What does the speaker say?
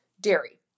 dairy